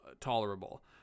tolerable